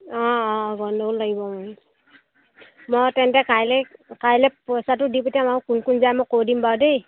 অঁ অঁ গণ্ডগোল লাগিব মই তেন্তে কাইলৈ কাইলৈ পইচাটো দি পঠিয়াম আৰু কোন কোন যায় মই কৈ দিম বাৰু দেই